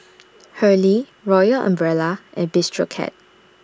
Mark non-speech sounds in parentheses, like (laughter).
(noise) Hurley Royal Umbrella and Bistro Cat